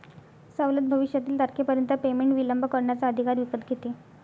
सवलत भविष्यातील तारखेपर्यंत पेमेंट विलंब करण्याचा अधिकार विकत घेते